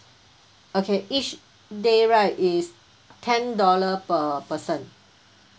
okay each day right is ten dollar per person